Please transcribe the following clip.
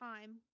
time